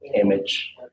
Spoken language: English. image